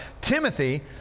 Timothy